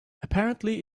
apparently